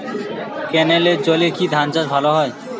ক্যেনেলের জলে কি ধানচাষ ভালো হয়?